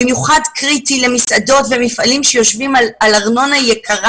במיוחד קריטי למסעדות ומפעלים שיושבים על ארנונה יקרה